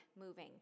moving